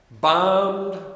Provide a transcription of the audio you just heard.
bombed